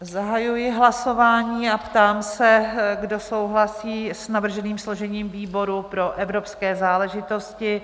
Zahajuji hlasování a ptám se, kdo souhlasí s navrženým složením výboru pro evropské záležitosti?